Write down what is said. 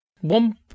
One